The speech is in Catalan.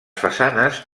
façanes